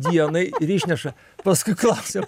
dienai ir išneša paskui klausiu